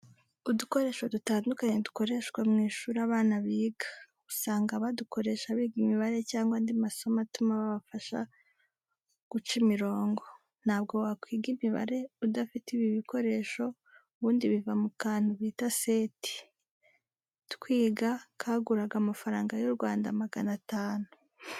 Udukoresho dutandukanye dukoreshwa mu ishuri abana biga, usanga badukoresha biga imibare cyangwa andi masomo atuma babasha guca imirongo. Ntabwo wakwiga imibare udafite ibi bikoresho ubundi biva mu kantu bita seti. Twiga kaguraga amafaranga y'u Rwanda magana atanu.